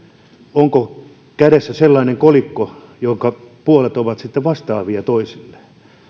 onko kädessä sellainen kolikko jonka puolet ovat sitten vastaavia toisilleen